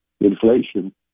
inflation